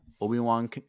obi-wan